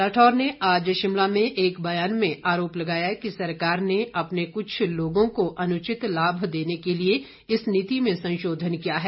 राठौर ने आज शिमला में एक ब्यान में आरोप लगाया कि सरकार ने अपने कुछ लोगों को अनुचित लाभ देने के लिए इस नीति में संशोधन किया है